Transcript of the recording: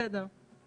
בסדר.